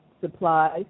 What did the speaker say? supplies